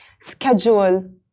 schedule